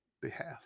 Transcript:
behalf